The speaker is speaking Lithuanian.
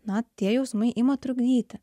na tie jausmai ima trukdyti